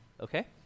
Okay